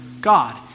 God